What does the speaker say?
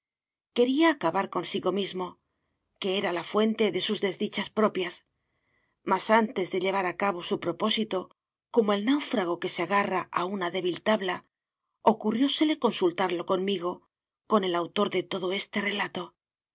quería acabar consigo mismo que era la fuente de sus desdichas propias mas antes de llevar a cabo su propósito como el náufrago que se agarra a una débil tabla ocurriósele consultarlo conmigo con el autor de todo este relato por